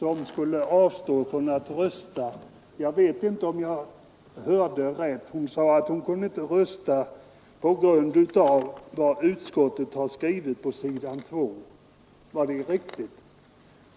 Om jag sedan hörde rätt, sade fru Hambraeus att hon skulle avstå från att rösta på grund av det som utskottet har skrivit på s. 2 i betänkandet. Var det rätt uppfattat?